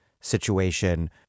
situation